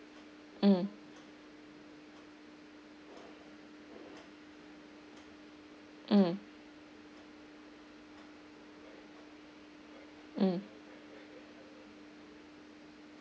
mm mm mm